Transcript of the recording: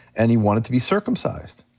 and he wanted to be circumcised.